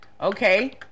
Okay